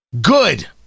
Good